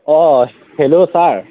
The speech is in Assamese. অঁ হেল্ল' ছাৰ